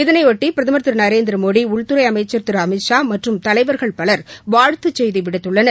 இதனையொட்டி பிரதமர் திரு நரேந்திரமோடி உள்துறை அமைச்சர் திரு அமித்ஷா மற்றும் தலைவர்கள் பலர் வாழ்த்துச் செய்தி விடுத்துள்ளனர்